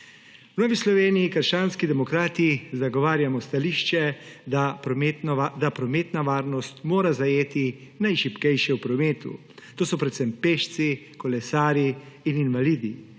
V Novi Sloveniji – krščanski demokrati zagovarjamo stališče, da prometna varnost mora zajeti najšibkejše v prometu. To so predvsem pešci, kolesarji in invalidi,